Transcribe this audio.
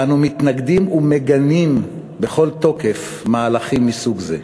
אנו מתנגדים, ומגנים בכל תוקף מהלכים מסוג זה.